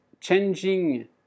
changing